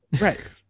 Right